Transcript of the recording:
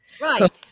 Right